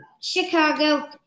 Chicago